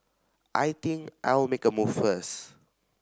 I think I'll make a move first